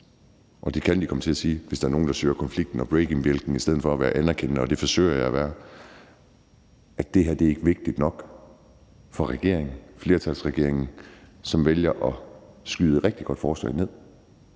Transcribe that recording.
og det kan de komme til, hvis der er nogen, der søger konflikten og breakingbjælken i stedet for være anerkendende, og det forsøger jeg at være – at det her ikke er vigtigt nok for regeringen, for flertalsregeringen, som vælger at skyde et rigtig godt forslag ned.